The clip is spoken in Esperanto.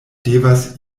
devas